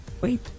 Wait